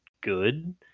good